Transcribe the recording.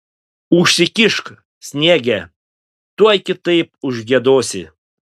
užsikišk sniege tuoj kitaip užgiedosi